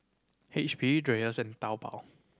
H P Dreyers and Taobao